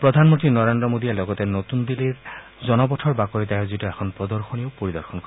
প্ৰধানমন্ত্ৰী নৰেন্দ্ৰ মোডীয়ে লগতে নতুন দিল্লীৰ জনপথৰ বাকৰিত আয়োজিত এখন প্ৰদশনীও পৰিদৰ্শন কৰিব